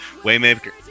Waymaker